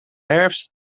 herfst